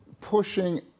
pushing